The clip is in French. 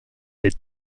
des